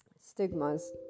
stigmas